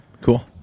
Cool